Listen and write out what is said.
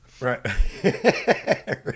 Right